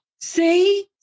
See